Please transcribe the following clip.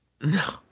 No